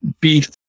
beef